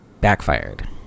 backfired